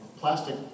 plastic